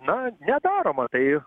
na nedaroma tai